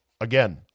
again